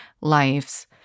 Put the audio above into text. lives